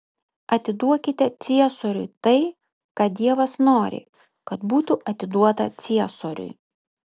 atiduokite ciesoriui tai ką dievas nori kad būtų atiduota ciesoriui